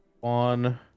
one